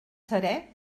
serè